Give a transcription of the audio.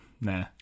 nah